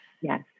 Yes